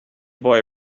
boy